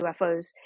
ufos